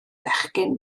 bechgyn